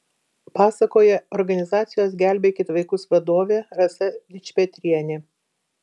pasakoja organizacijos gelbėkit vaikus vadovė rasa dičpetrienė